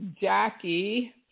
Jackie